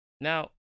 Now